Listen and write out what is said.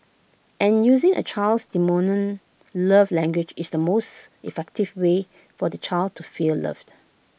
and using A child's love language is the most effective way for the child to feel loved